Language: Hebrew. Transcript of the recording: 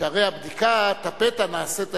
שהרי בדיקת הפתע נעשית על-ידי,